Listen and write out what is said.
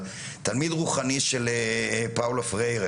זה ממש לא מה שאני מתכוון לומר.